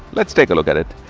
let's take a look at it,